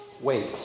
wait